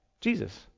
Jesus